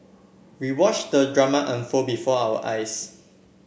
we watched the drama unfold before our eyes